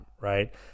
right